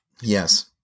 Yes